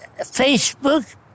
Facebook